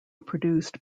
produced